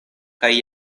kaj